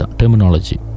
terminology